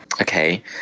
Okay